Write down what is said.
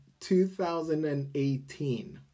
2018